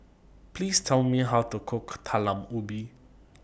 Please Tell Me How to Cook Talam Ubi